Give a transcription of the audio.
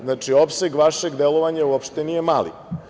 Znači, opseg vašeg delovanja uopšte nije mali.